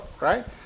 right